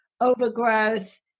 overgrowth